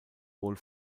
wohl